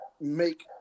make